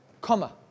comma